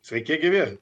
sveiki gyvi